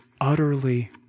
utterly